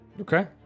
Okay